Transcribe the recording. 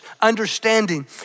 understanding